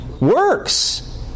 works